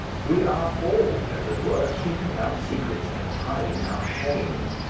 we are all, as it were, keeping our secrets and hiding our shames.